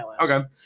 Okay